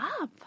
up